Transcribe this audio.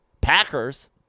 Packers